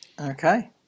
okay